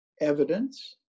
evidence